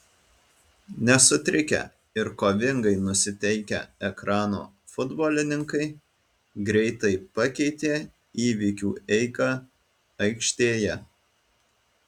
nesutrikę ir kovingai nusiteikę ekrano futbolininkai greitai pakeitė įvykių eigą aikštėje